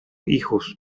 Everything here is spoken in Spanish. hijos